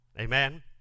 Amen